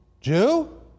Jew